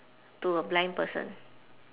to a blind person